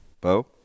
Bo